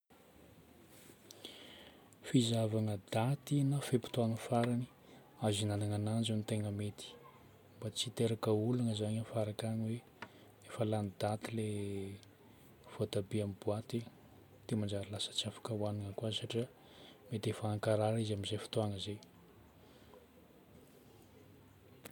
Fizahavagna daty na fe-potoagno farany azo ihignanana ananjy no tegna mety. Mba tsy hiteraka olagna zagny igny fa araka ny hoe efa lany daty ilay voatabia amin'ny boaty dia manjary lasa tsy afaka hohagnina koa satria mety efa hankarary izy amin'izay fotoagna izay.